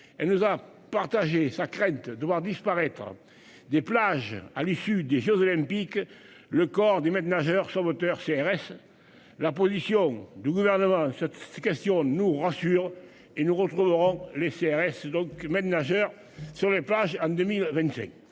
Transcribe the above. Elle nous a partagé sa crainte de voir disparaître. Des plages à l'issue des jeux Olympiques. Le corps du maîtres nageurs sauveteurs CRS. La position du gouvernement, cette question nous rassure et nous retrouverons les CRS donc maître nageur sur les plages en 2025.